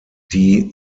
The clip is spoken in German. die